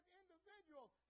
individuals